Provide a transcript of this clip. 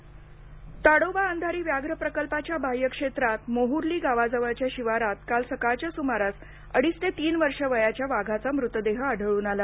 चंद्रपूर ताडोबा अंधारी व्याघ्र प्रकल्पाच्या बाह्य क्षेत्रात मोहुर्ली गावाजवळच्या शिवारात काल सकाळच्या सुमारास अडीच ते तीन वर्षे वयाच्या वाघाचा मूतदेह आढळून आला